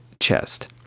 chest